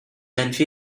lên